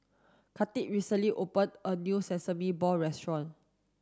Kathi recently opened a new sesame balls restaurant